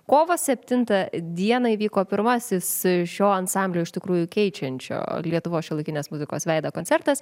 kovo septintą dieną įvyko pirmasis šio ansamblio iš tikrųjų keičiančio lietuvos šiuolaikinės muzikos veidą koncertas